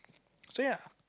so ya